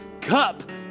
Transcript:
cup